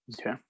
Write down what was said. Okay